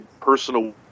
personal